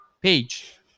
page